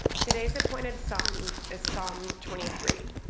today's appointed psalm is psalm twenty three.